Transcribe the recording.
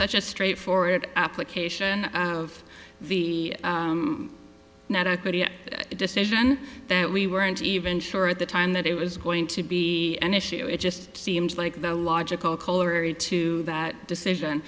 such a straightforward application of the decision that we weren't even sure at the time that it was going to be an issue it just seems like the logical color into that decision